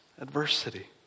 adversity